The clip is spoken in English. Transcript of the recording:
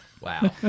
Wow